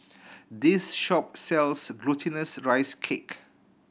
this shop sells Glutinous Rice Cake